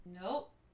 Nope